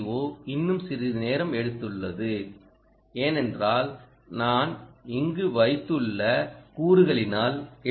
ஓ இன்னும் சிறிது நேரம் எடுத்துள்ளது ஏனென்றால் நான் இங்கு வைத்துள்ள கூறுகளினால் எல்